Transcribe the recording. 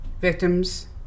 victims